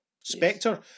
Spectre